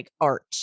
art